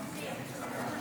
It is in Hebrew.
(קורא בשם חבר הכנסת)